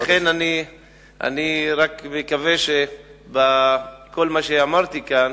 לכן, אני רק מקווה שבכל מה שאמרתי כאן